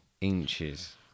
Inches